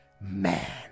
man